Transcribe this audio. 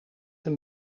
een